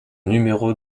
numéro